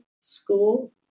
school